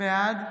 בעד